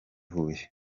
huye